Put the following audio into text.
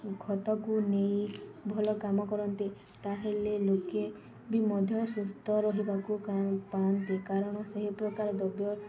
ଖତକୁ ନେଇ ଭଲ କାମ କରନ୍ତି ତାହେଲେ ଲୋକେ ବି ମଧ୍ୟ ସୁସ୍ଥ ରହିବାକୁ ପାଆନ୍ତି କାରଣ ସେହି ପ୍ରକାର ଦ୍ରବ୍ୟ